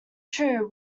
true